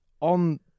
on